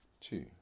Two